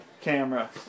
Camera